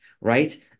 right